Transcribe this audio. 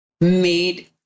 made